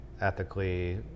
ethically